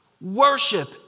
Worship